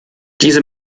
diese